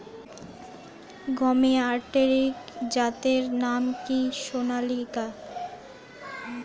গমের আরেকটি জাতের নাম কি সোনালিকা?